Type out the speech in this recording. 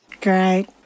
Great